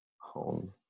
home